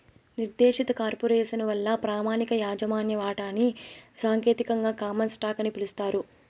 నిర్దేశిత కార్పొరేసను వల్ల ప్రామాణిక యాజమాన్య వాటాని సాంకేతికంగా కామన్ స్టాకు అని పిలుస్తారు